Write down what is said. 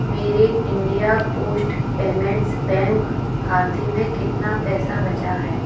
मेरे India post payments bank खाते में कितना पैसा बचा है